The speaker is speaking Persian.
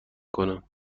کنم